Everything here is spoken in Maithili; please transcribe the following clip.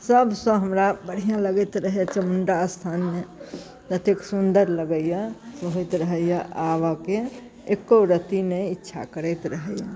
सबसँ हमरा बढ़िआँ लगैत रहे चामुण्डा अस्थानमे एतेक सुन्दर लगैए होइत रहैए आबऽके एको रत्ती नहि इच्छा करैत रहैए